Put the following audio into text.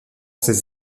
ces